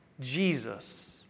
Jesus